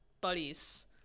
buddies